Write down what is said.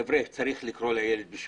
חבר'ה, צריך לקרוא לילד בשמו,